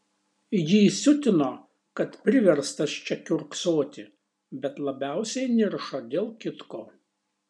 jį siutino kad priverstas čia kiurksoti bet labiausiai niršo dėl kitko